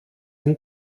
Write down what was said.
ein